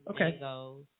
Okay